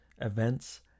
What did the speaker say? events